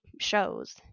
shows